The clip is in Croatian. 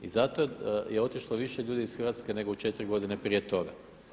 I zato je otišlo više ljudi iz Hrvatske nego u 4 godine prije toga.